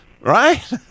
Right